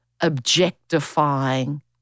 objectifying